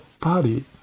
party